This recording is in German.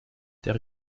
der